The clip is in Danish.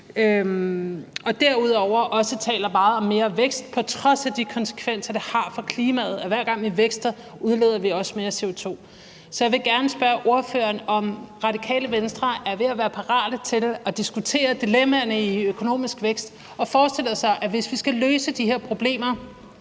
og derudover taler de også meget om mere vækst på trods af de konsekvenser, det har for klimaet, at hver gang vi vækster, udleder vi også mere CO2. Så jeg vil gerne spørge ordføreren, om Radikale Venstre er ved at være parate til at diskutere dilemmaerne i økonomisk vækst, og om ordføreren forestiller sig, at hvis vi skal løse de her problemer,